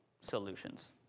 solutions